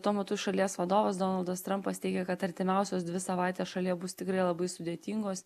tuo metu šalies vadovas donaldas trampas teigia kad artimiausios dvi savaitės šalyje bus tikrai labai sudėtingos